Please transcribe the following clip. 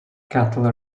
cattle